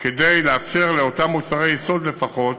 כדי לאפשר שאותם מוצרי יסוד לפחות